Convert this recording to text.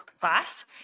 class